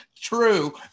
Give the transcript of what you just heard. true